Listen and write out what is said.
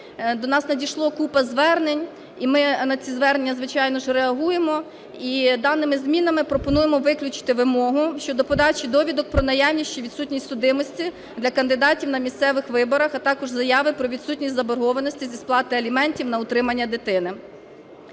До нас надійшла купа звернень, і ми на ці звернення, звичайно, реагуємо. І даними змінами пропонуємо виключити вимогу щодо подачі довідок про наявність чи відсутність судимості для кандидатів на місцевих виборах, а також заяви про відсутність заборгованості зі сплати аліментів на утримання дитини.